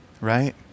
right